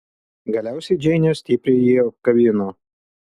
galiausiai džeinė stipriai jį apkabino